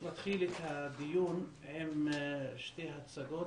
נתחיל את הדיון עם שתי הצעות,